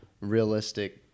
realistic